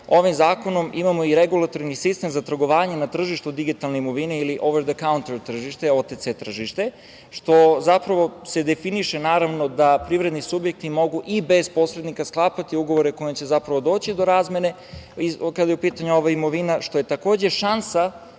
ovim zakonom imamo i regulatorni sistem za trgovanje na tržištu digitalne imovine ili OTC tržište, što zapravo definiše da privredni subjekti mogu i bez posrednika sklapati ugovore kojim će doći do razmene kada je u pitanju ova imovina, što je takođe šansa